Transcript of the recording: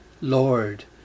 Lord